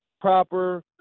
proper